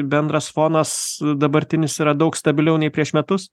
bendras fonas dabartinis yra daug stabiliau nei prieš metus